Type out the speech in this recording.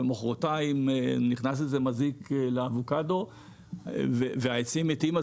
ומוחרתיים נכנס איזה מזיק לאבוקדו והעצים מתים.